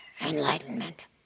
Enlightenment